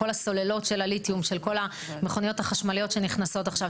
יש את כל הסוללות של הליתיום של כל המכוניות החשמליות שנכנסות עכשיו,